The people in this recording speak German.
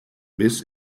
biss